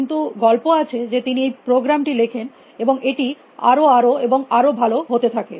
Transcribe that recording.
কিন্তু গল্প আছে যে তিনি এই প্রোগ্রামটি লেখেন এবং এটি আরো আরো এবং আরো ভালো হতে থাকে